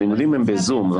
הלימודים הם בזום.